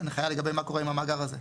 הנחיה לגבי מה קורה עם המאגר הזה.